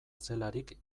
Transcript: zelarik